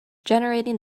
generating